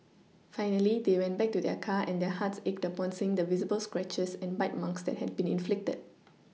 finally they went back to their car and their hearts ached upon seeing the visible scratches and bite marks that had been inflicted